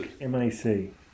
M-A-C